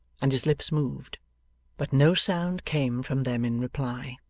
and his lips moved but no sound came from them in reply.